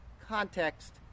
context